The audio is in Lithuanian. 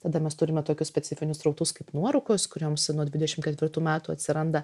tada mes turime tokius specifinius srautus kaip nuorūkos kurioms nuo dvidešimt ketvirtų metų atsiranda